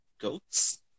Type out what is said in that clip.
goats